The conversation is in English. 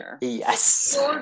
yes